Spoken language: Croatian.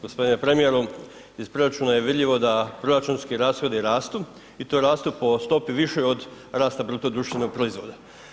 Gospodine premijeru iz proračuna je vidljivo da proračunski rashodi rastu i to rastu po stopi višoj od rasta bruto društvenog proizvoda.